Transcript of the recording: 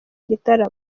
gitaramo